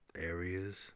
areas